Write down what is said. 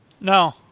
No